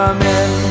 Amen